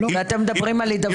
ועוד איך יש קשר ביניהן.